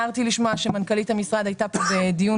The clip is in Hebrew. הצטערתי לשמוע שמנכ"לית המשרד היתה פה בדיון